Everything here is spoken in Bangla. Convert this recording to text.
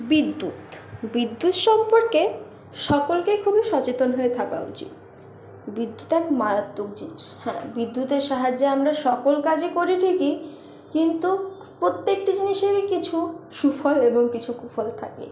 বিদ্যুৎ বিদ্যুৎ সম্পর্কে সকলকেই খুবই সচেতন হয়ে থাকা উচিত বিদ্যুৎ এক মারাত্মক জিনিস হ্যাঁ বিদ্যুতের সাহায্যে আমরা সকল কাজই করি ঠিকই কিন্তু প্রত্যেকটা জিনিসেরই কিছু সুফল এবং কিছু কুফল থাকে